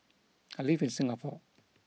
I live in Singapore